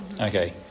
Okay